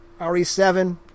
RE7